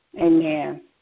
Amen